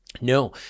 no